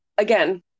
again